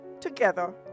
Together